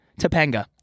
Topanga